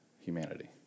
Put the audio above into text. humanity